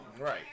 Right